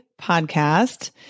podcast